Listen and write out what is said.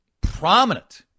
Prominent